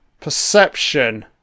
Perception